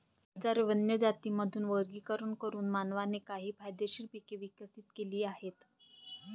हजारो वन्य जातींमधून वर्गीकरण करून मानवाने काही फायदेशीर पिके विकसित केली आहेत